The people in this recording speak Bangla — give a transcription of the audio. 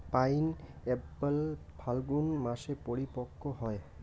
পাইনএপ্পল ফাল্গুন মাসে পরিপক্ব হয়